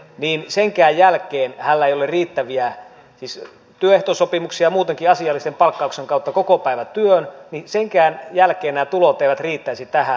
viini senkään jälkeen halleille riittäviä työehtosopimuksien ja muutenkin asiallisen palkkauksen kautta kokopäivätyön niin senkään jälkeen nämä tulot eivät riittäisi tähän